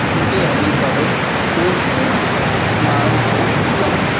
अॻिते हली करे उहे शयूं माण्हुनि खे